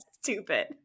Stupid